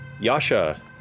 Yasha